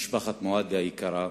משפחת מועדי היקרה,